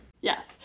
yes